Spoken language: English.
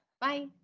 bye